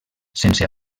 sense